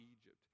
Egypt